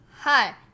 Hi